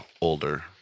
older